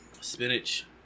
spinach